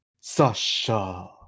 Sasha